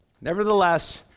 Nevertheless